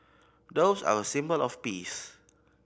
doves are a symbol of peace